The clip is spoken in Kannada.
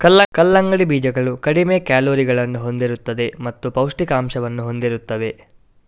ಕಲ್ಲಂಗಡಿ ಬೀಜಗಳು ಕಡಿಮೆ ಕ್ಯಾಲೋರಿಗಳನ್ನು ಹೊಂದಿರುತ್ತವೆ ಮತ್ತು ಪೌಷ್ಠಿಕಾಂಶವನ್ನು ಹೊಂದಿರುತ್ತವೆ